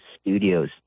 Studios